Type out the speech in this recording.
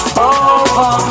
over